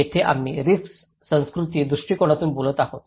येथे आम्ही रिस्क सांस्कृतिक दृष्टीकोनातून बोलत आहोत